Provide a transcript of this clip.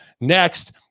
Next